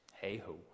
Hey-ho